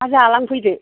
जालांफैदो